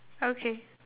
okay